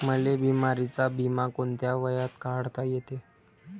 मले बिमारीचा बिमा कोंत्या वयात काढता येते?